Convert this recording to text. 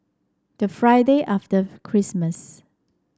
the Friday after Christmas